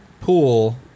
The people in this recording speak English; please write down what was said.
pool